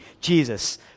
Jesus